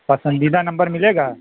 پسندیدہ نمبر ملے گا